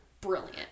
brilliant